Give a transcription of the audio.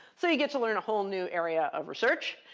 so you get to learn a whole new area of research.